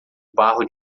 barro